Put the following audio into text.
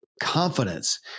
confidence